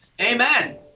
amen